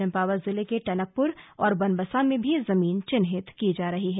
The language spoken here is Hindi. चम्पावत जिले के टनकपुर और बनबसा में भी जमीन चिन्हित की जा रही है